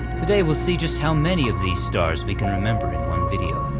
today we'll see just how many of these stars we can remember in one video.